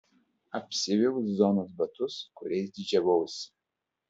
apsiaviau zonos batus kuriais didžiavausi